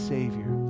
Savior